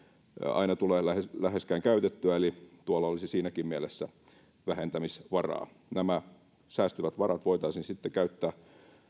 aina tule läheskään käytettyä eli tuolla olisi siinäkin mielessä vähentämisvaraa nämä säästyvät varat voitaisiin sitten käyttää